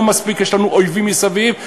לא מספיק יש לנו אויבים מסביב,